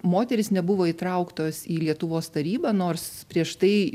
moterys nebuvo įtrauktos į lietuvos tarybą nors prieš tai